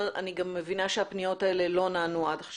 אני מבינה שעד עכשיו הפניות האלה לא נענו.